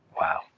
Wow